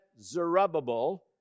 Zerubbabel